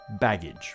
baggage